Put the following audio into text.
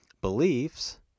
Beliefs